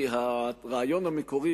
כי הרעיון המקורי,